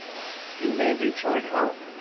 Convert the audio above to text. you may return home,